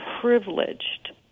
privileged